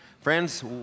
Friends